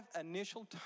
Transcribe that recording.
initial